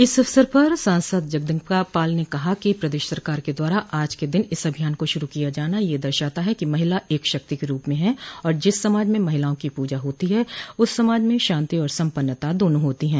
इस अवसर पर सांसद जगदम्बिका पाल ने कहा कि प्रदेश सरकार के द्वारा आज के दिन इस अभियान को शुरू किया जाना यह दर्शाता है कि महिला एक शक्ति के रूप में है और जिस समाज में महिलाओं की पूजा होती है उस समाज में शान्ति एवं सम्पन्नता दोनों होती हैं